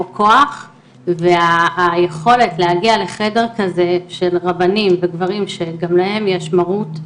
או כוח והיכולת להגיע לחדר כזה של רבנים וגברים שגם להם יש מרות,